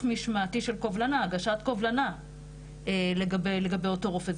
משמעתי של הגשת קובלנה לגבי אותו רופא.